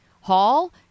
Hall